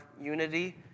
unity